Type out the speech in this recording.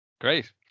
Great